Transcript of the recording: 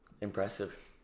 Impressive